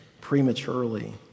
prematurely